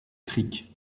creek